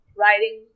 writing